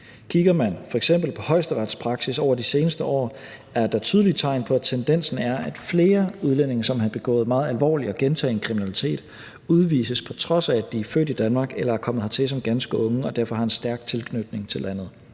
Kigger man f.eks. på Højesterets praksis over de seneste år, er der tydelige tegn på, at tendensen er, at flere udlændinge, som har begået meget alvorlig og gentagen kriminalitet, udvises, på trods af at de er født i Danmark eller er kommet hertil som ganske unge og derfor har en stærk tilknytning til landet.